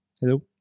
Hello